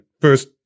first